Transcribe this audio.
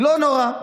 לא נורא,